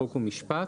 חוק ומשפט,